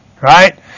Right